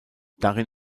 darin